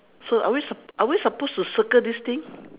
so are we sup~ are we supposed to circle this thing